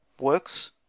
Works